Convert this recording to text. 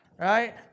right